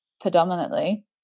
predominantly